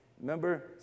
Remember